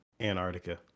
antarctica